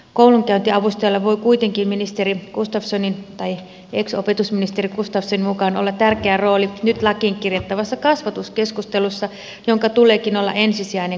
koulunkäyntiavustajilla voi kuitenkin ex opetusministeri gustafssonin mukaan olla tärkeä rooli nyt lakiin kirjattavassa kasvatuskeskustelussa jonka tuleekin olla ensisijainen kurinpitotoimi